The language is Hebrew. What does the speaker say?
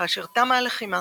כאשר תמה הלחימה,